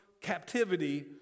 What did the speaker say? captivity